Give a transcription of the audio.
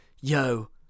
yo